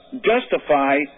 justify